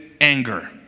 anger